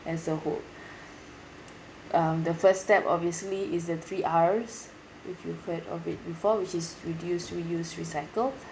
as a whole um the first step obviously is the three r's if you've heard of it before which is reduce reuse recycle